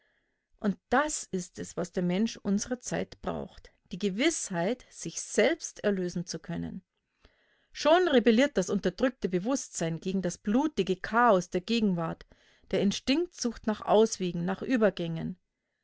und das ist es was der mensch unserer zeit braucht die gewißheit sich selbst erlösen zu können schon rebelliert das unterdrückte bewußtsein gegen das blutige chaos der gegenwart der instinkt sucht nach auswegen nach übergängen